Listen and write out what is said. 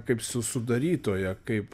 kaip su sudarytoją kaip